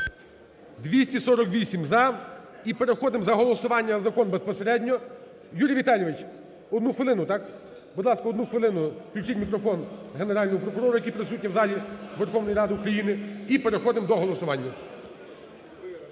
248 – за, і переходимо до голосування за закон безпосередньо. Юрій Віталійович, одну хвилину, так? Будь ласка, одну хвилину включіть мікрофон Генеральному прокурору, який присутній в залі Верховної Ради України, і переходимо до голосування.